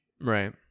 Right